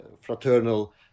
fraternal